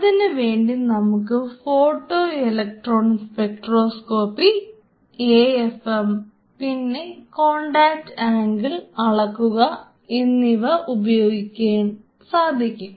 അതിനുവേണ്ടി നമുക്ക് photoelectron spectroscopy AFM പിന്നെ കോൺടാക്ട് ആംഗിൾ അളക്കുക എന്നിവ ഉപയോഗിക്കാൻ സാധിക്കും